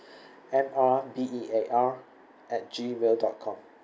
M_R_B_E_A_R at Gmail dot com